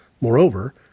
Moreover